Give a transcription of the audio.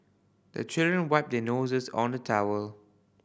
the children wipe their noses on the towel